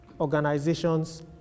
organizations